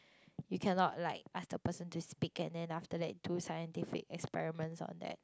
you cannot like ask the person to speak and then after that do scientific experiments on that